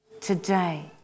Today